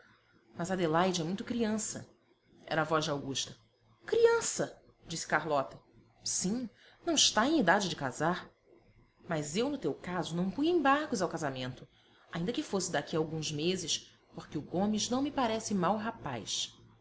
ouvido mas adelaide é muito criança era a voz de augusta criança disse carlota sim não está em idade de casar mas eu no teu caso não punha embargos ao casamento ainda que fosse daqui a alguns meses porque o gomes não me parece mau rapaz